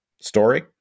story